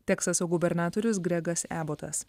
teksaso gubernatorius gregas ebotas